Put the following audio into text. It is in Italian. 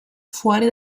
fuori